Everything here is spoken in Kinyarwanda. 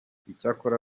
icyakora